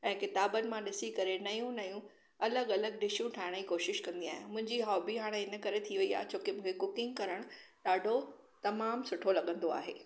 ऐं किताबनि मां ॾिसी करे नयूं नयूं अलॻि अलॻि डिशियूं ठाहिण जी कोशिशि कंदी आहियां मुंहिंजी हॉबी हाणे हिन करे थी वई आहे छोकी मूंखे कुकिंग करणु ॾाढो तमामु सुठो लॻंदो आहे